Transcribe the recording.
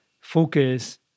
focus